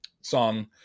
song